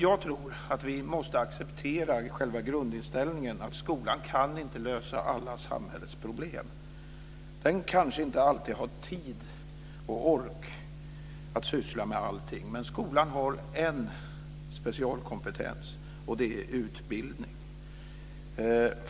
Jag tror att vi måste acceptera själva grundinställningen, att skolan inte kan lösa alla samhällets problem. Den kanske inte alltid har tid och ork att syssla med allting, men skolan har en specialkompetens, och det är utbildning.